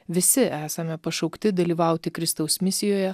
visi esame pašaukti dalyvauti kristaus misijoje